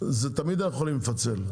תמיד אנחנו יכולים לפצל,